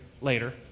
later